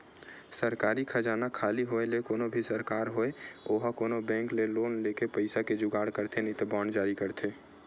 सरकारी खजाना खाली होय ले कोनो भी सरकार होय ओहा कोनो बेंक ले लोन लेके पइसा के जुगाड़ करथे नइते बांड जारी करथे